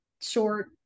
short